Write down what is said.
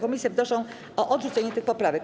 Komisje wnoszą o odrzucenie tych poprawek.